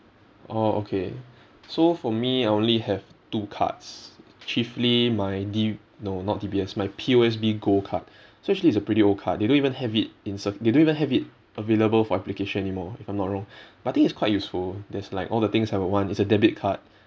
oh okay so for me I only have two cards chiefly my d~ no not D_B_S my P_O_S_B gold card so actually it's a pretty old card they don't even have it in s~ they don't even have it available for application anymore if I'm not wrong but I think it's quite useful there's like all the things I would want it's a debit card